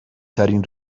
ترین